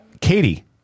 Katie